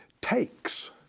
takes